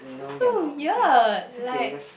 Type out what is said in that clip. is so weird like